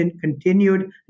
continued